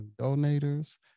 donators